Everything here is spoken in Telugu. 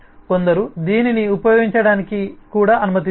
కొందరు దీనిని ఉపయోగించడానికి కూడా అనుమతించరు